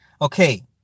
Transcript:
Okay